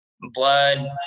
Blood